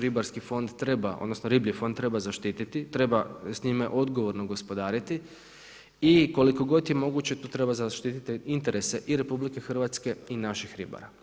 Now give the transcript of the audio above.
Ribarski fond treba, odnosno riblji fond treba zaštititi, treba s njime odgovorno gospodariti i koliko god je moguće tu treba zaštititi interese i RH i naših ribara.